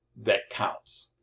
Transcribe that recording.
that counts.